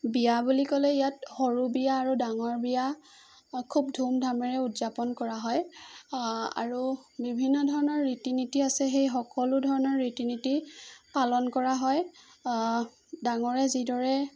বিয়া বুলি ক'লে ইয়াত সৰু বিয়া আৰু ডাঙৰ বিয়া খুব ধুমধামেৰে উদযাপন কৰা হয় আৰু বিভিন্ন ধৰণৰ ৰীতি নীতি আছে সেই সকলো ধৰণৰ ৰীতি নীতি পালন কৰা হয় ডাঙৰে যিদৰে